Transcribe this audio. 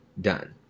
done